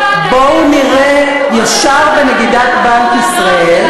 בואו נירה ישר בנגידת בנק ישראל,